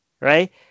right